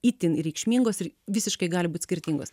itin reikšmingos ir visiškai gali būt skirtingos